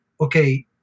okay